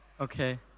Okay